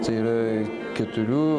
tai yra keturių